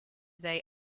they